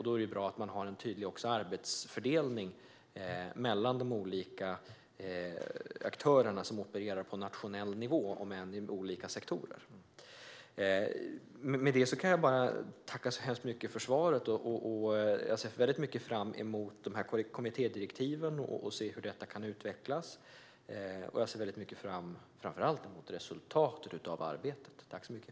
Då är det bra att man har en tydlig arbetsfördelning mellan de olika aktörer som opererar på nationell nivå om än i olika sektorer. Med det kan jag bara tacka så hemskt mycket för svaret. Jag ser mycket fram emot kommittédirektivet och att se hur det kan utvecklas och ser framför allt mycket fram mot resultatet av arbetet.